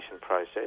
process